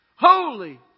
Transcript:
holy